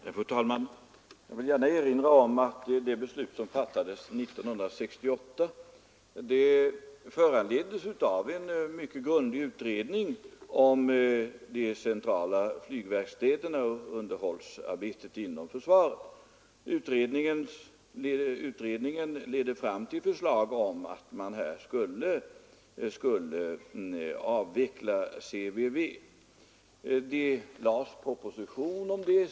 Fru talman! Jag vill erinra om att det beslut som fattades 1968 föranleddes av en mycket grundlig utredning om centrala flygverkstaden och underhållsarbetet inom försvaret. Den utredningen lade fram förslag om en avveckling av CVV, och det framlades också en proposition om det.